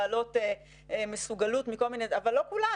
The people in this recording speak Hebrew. בעלות מסוגלות אבל לא כולן.